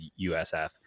USF